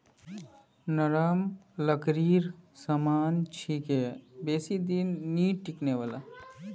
नरम लकड़ीर सामान छिके बेसी दिन नइ टिकने वाला